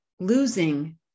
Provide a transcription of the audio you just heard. losing